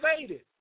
invaded